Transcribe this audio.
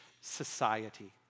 society